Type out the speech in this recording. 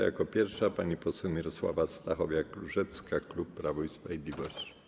Jako pierwsza pani poseł Mirosława Stachowiak-Różecka, klub Prawo i Sprawiedliwość.